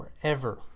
forever